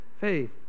faith